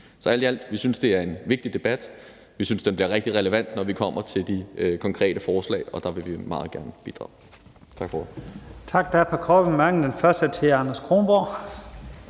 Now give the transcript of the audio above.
alt i alt, det er en vigtig debat. Vi synes, den bliver rigtig relevant, når vi kommer til de konkrete forslag, og der vil vi meget gerne bidrage. Tak for